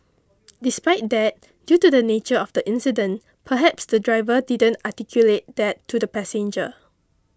despite that due to the nature of the incident perhaps the driver didn't articulate that to the passenger